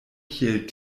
kiel